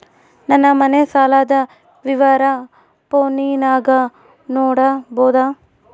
ನನ್ನ ಮನೆ ಸಾಲದ ವಿವರ ಫೋನಿನಾಗ ನೋಡಬೊದ?